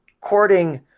courting